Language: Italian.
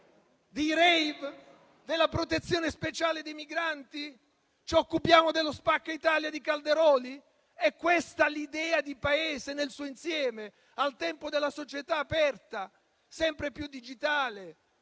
Dei *rave*? Della protezione speciale dei migranti? Ci occupiamo dello "spacca Italia" di Calderoli? È questa l'idea di Paese nel suo insieme, al tempo della società aperta, sempre più digitale